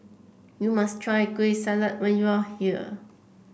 you must try Kueh Salat when you are here